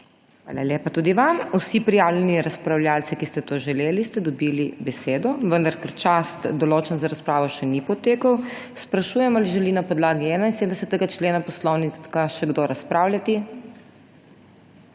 Hvala lepa tudi vam. Vsi prijavljeni razpravljavci, ki ste to želeli, ste dobili besedo. Ker čas, določen za razpravo, še ni potekel, sprašujem, ali želi na podlagi 71. člena Poslovnika še kdo razpravljati?